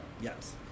yes